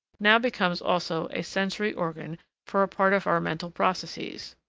now becomes also a sensory organ for a part of our mental processes.